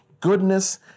goodness